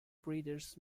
breeders